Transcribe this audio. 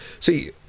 See